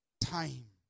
time